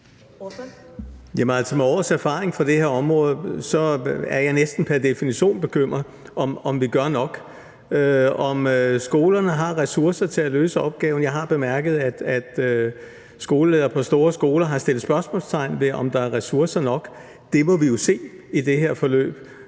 med års erfaring fra det område er jeg næsten pr. definition bekymret for, om vi gør nok, om skolerne har ressourcer til at løse opgaven. Jeg har bemærket, at skoleledere på store skoler har sat spørgsmålstegn ved, om der er ressourcer nok. Det må vi jo se i det her forløb.